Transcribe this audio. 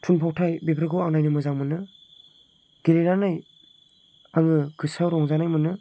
थुनफावथाय बेफोरखौ आं नायनो मोजां मोनो गेलेनानै आङो गोसोआव रंजानाय मोनो